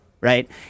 right